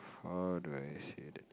how do I say that